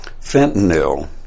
Fentanyl